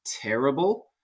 terrible